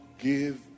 give